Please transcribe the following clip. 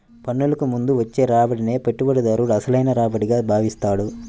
పన్నులకు ముందు వచ్చే రాబడినే పెట్టుబడిదారుడు అసలైన రాబడిగా భావిస్తాడు